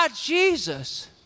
Jesus